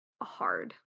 hard